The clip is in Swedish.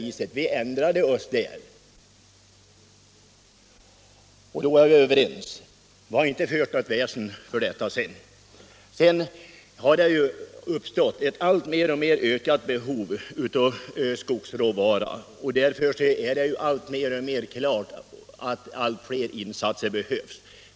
Vi ändrade oss alltså, och vi har sedan inte fört något väsen om detta. Det har uppstått ett allt större behov av skogsråvara. Därför står det mer och mer klart att fler insatser behövs.